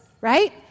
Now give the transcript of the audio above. right